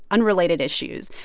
unrelated issues?